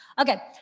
Okay